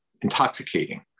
intoxicating